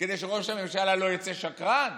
כדי שראש הממשלה לא יצא שקרן?